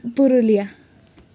Purulia